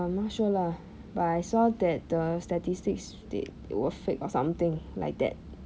I'm not sure lah but I saw that the statistics they were fake or something like that